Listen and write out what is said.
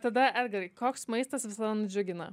tada edgarai koks maistas visada nudžiugina